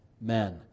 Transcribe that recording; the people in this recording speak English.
men